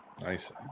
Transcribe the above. nice